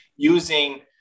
using